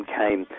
came